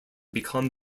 become